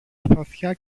σπαθιά